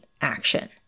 action